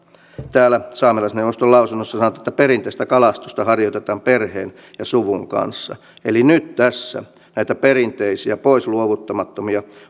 täällä saamelaisneuvoston lausunnossa sanotaan että perinteistä kalastusta harjoitetaan perheen ja suvun kanssa eli nyt tässä näitä perinteisiä poisluovuttamattomia